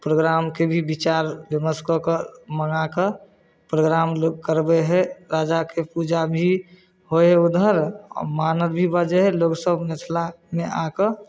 प्रोग्रामके भी विचार विमर्श कऽ कऽ मँगाकऽ प्रोग्राम लोक करबै हइ राजाके पूजा भी होइ हइ उधर आओर मानव भी बजै हइ लोकसभ मिथिलामे आकऽ